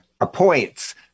appoints